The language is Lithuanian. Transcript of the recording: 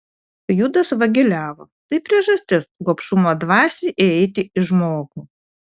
judas vagiliavo tai priežastis gobšumo dvasiai įeiti į žmogų